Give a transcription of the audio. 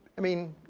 i mean,